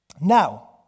Now